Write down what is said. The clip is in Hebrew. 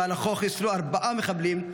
שבמהלכו חיסלו ארבעה מחבלים,